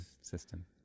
system